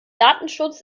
datenschutz